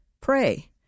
Pray